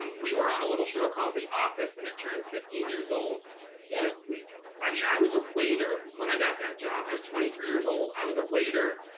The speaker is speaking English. we were on a little show called the office, and it turned fifteen years old yeah this week. i mean, i was a waiter when i got that job. i was twenty three years old. i was a waiter,